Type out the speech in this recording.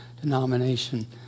denomination